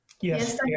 Yes